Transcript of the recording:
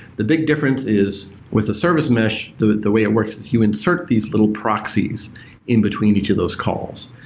the big difference is with the service mesh, the the way it works is you insert these little proxies in between each of those calls.